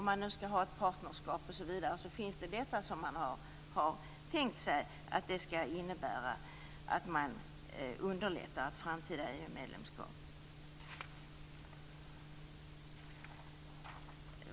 Om det nu skall vara ett partnerskap är det detta som man har tänkt sig, och det innebär att ett framtida EU-medlemskap underlättas.